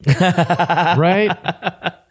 Right